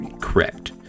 correct